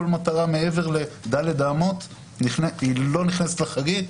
כל מטרה מעבר לד' אמות לא נכנסת לחריג,